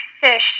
fish